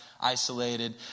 isolated